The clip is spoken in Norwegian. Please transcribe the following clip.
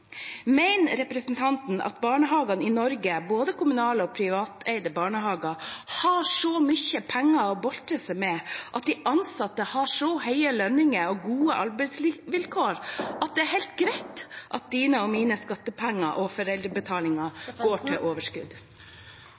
Mener representanten at barnehagene i Norge, både kommunale og privateide, har så mye penger å boltre seg med – at de ansatte har så høye lønninger og gode arbeidsvilkår – at det er helt greit at dine og mine skattepenger og foreldrebetalinger går til overskudd?